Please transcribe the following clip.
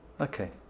okay